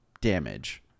damage